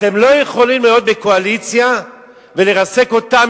אתם לא יכולים להיות בקואליציה ולרסק אותה